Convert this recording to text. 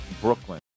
Brooklyn